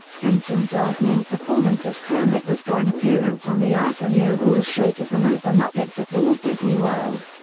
henson's last known performance as kermit was for an appearance on the arsenio hall show to promote the muppets at walt disney world.